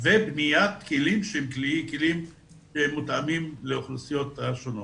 בבניית כלים שהם כלים מותאמים לאוכלוסיות השונות.